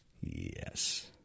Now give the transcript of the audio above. Yes